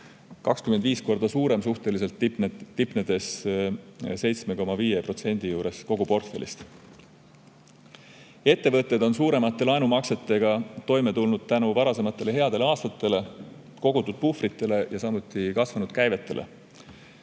25 korda suurem, tipnedes 7,5%‑ga kogu portfellist. Ettevõtted on suuremate laenumaksetega toime tulnud tänu varasematele headele aastatele, kogutud puhvritele ja kasvanud käivetele,